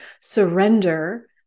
Surrender